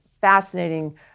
fascinating